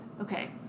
Okay